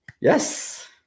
Yes